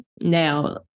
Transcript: Now